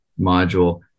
module